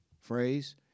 phrase